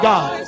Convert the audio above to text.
God